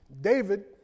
David